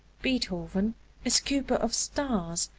beethoven a scooper of stars,